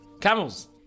Camels